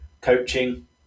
coaching